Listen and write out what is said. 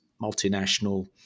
multinational